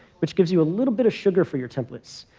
which gives you a little bit of sugar for your templates.